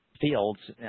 fields